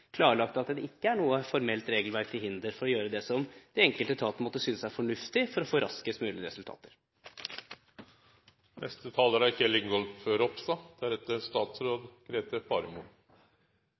klarlagt at det ikke er noe formelt regelverk til hinder for å gjøre det som den enkelte etat måtte synes fornuftig for å få raskest mulig resultater. Sikring av bevis og ikke minst behandling av dem på en forsvarlig måte er